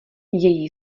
její